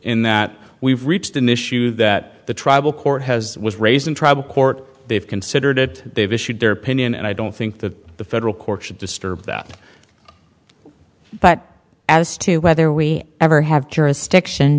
in that we've reached an issue that the tribal court has was raised in tribal court they've considered it they've issued their opinion and i don't think that the federal courts should disturb that but as to whether we ever have jurisdiction